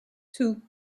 two